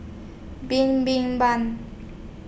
Bin Bin Ban